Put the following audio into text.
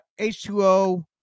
H2O